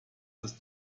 ist